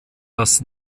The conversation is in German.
das